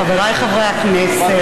חבריי חברי הכנסת,